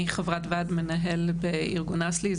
אני חברת ועד מנהל בארגון אסל"י ארגון סרט לבן ישראלי.